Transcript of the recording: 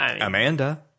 Amanda